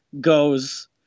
goes